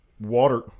water